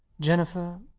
jennifer.